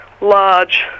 large